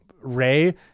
Ray